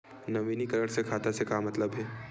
नवीनीकरण से खाता से का मतलब हे?